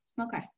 okay